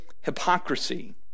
hypocrisy